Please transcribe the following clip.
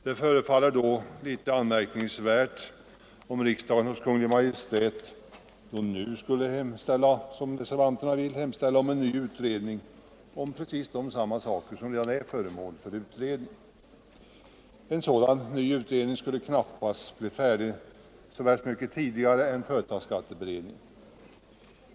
Det förefaller då litet anmärkningsvärt om riksdagen hos Kungl. Maj:t nu skulle hemställa — som reservanterna vill - om en ny utredning om precis samma saker som redan är föremål för utredning. En ny utredning skulle knappast bli färdig så värst mycket tidigare än företagsskatteberedningen.